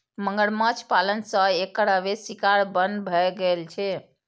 मगरमच्छ पालन सं एकर अवैध शिकार बन्न भए गेल छै